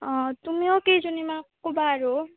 অঁ তুমিও কেইজনীমানক ক'বা আৰু